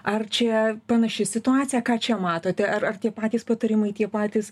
ar čia panaši situacija ką čia matote ar ar tie patys patarimai tie patys